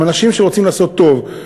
הם אנשים שרוצים לעשות טוב.